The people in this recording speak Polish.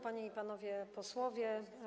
Panie i Panowie Posłowie!